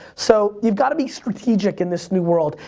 so you've gotta be strategic in this new world.